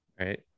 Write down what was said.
Right